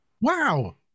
wow